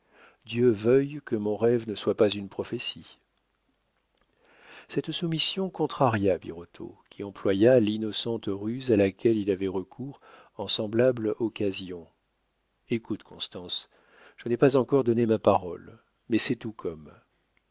dieu veuille que mon rêve ne soit pas une prophétie cette soumission contraria birotteau qui employa l'innocente ruse à laquelle il avait recours en semblable occasion écoute constance je n'ai pas encore donné ma parole mais c'est tout comme